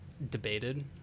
debated